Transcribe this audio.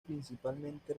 principalmente